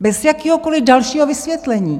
Bez jakéhokoliv dalšího vysvětlení!